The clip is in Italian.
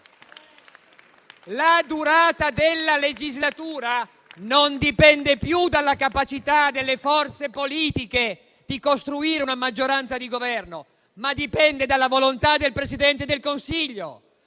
La durata della legislatura dipende non più dalla capacità delle forze politiche di costruire una maggioranza di Governo, ma dalla volontà del Presidente del Consiglio.